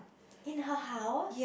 in her house